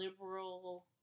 liberal